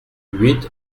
huit